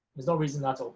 there's no reason not to